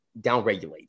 downregulate